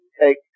take